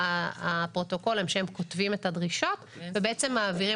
הפרוטוקולים שהם כותבים את הדרישות ובעצם מעבירים